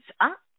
up